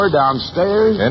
downstairs